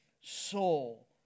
soul